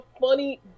funny